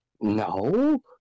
No